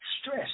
stress